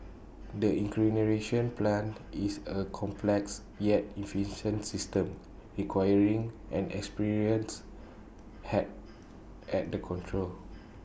the incineration plant is A complex yet efficient system requiring an experienced hand at the controls